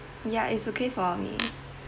ya it's okay for me